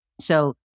So-